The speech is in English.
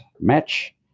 match